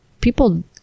people